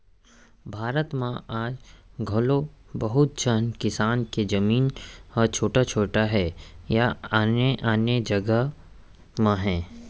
भारत म आज घलौ बहुत झन किसान के जमीन ह छोट छोट हे या आने आने जघा म हे